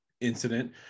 incident